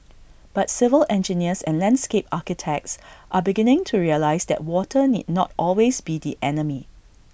but civil engineers and landscape architects are beginning to realise that water need not always be the enemy